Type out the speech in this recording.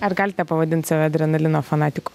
ar galite pavadint save adrenalino fanatiku